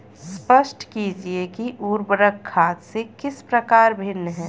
स्पष्ट कीजिए कि उर्वरक खाद से किस प्रकार भिन्न है?